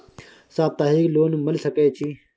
सप्ताहिक लोन मिल सके छै?